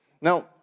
Now